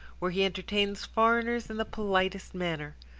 where he entertains foreigners in the politest manner.